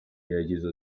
yagize